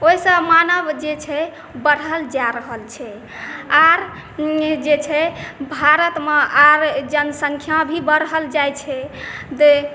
ओहिसँ मानव जे छै बढ़ल जा रहल छै आर जे छै भारतमे आर जनसँख्या भी बढ़ल जाइ छै